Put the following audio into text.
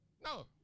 No